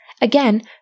again